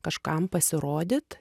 kažkam pasirodyt